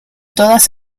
todas